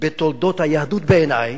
בתולדות היהדות בעיני,